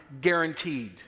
guaranteed